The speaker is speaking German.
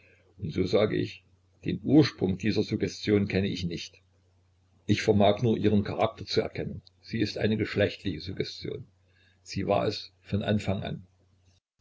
und so sage ich den ursprung dieser suggestion kenne ich nicht ich vermag nur ihren charakter zu erkennen sie ist eine geschlechtliche suggestion sie war es von anfang an